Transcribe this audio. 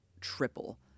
triple